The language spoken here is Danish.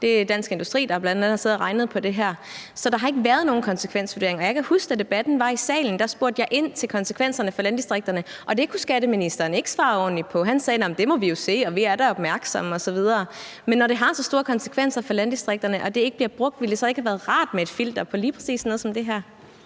Det er Dansk Industri, der bl.a. har siddet og regnet på det her, så der har ikke været nogen konsekvensvurdering af det. Jeg kan huske, at da debatten var i salen, spurgte jeg ind til konsekvenserne for landdistrikterne, og det kunne skatteministeren ikke svare ordentligt på. Han sagde, at det må vi jo se, og vi er da opmærksomme osv. Men når det har så store konsekvenser for landdistrikterne, at det ikke bliver brugt, ville det så ikke have været rart med et filter på lige præcis sådan noget som det her?